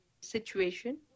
situation